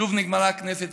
שוב נגמרה הכנסת.